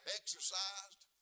exercised